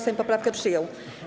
Sejm poprawkę przyjął.